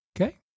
Okay